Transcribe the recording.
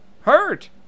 hurt